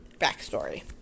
backstory